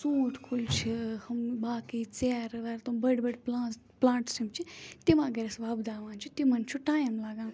ژوٗنٛٹھۍ کُلۍ چھِ ہُم باقٕے ژیرٕ ویر تٕم بٔڑۍ بٔڑۍ پٕلان پٕلانٛٹٕس یِم چھِ تِم اگر أسۍ وۄبداوان چھِ تِمَن چھُ ٹایم لَگان